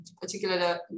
particularly